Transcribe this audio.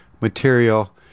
material